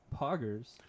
poggers